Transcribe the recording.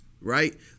Right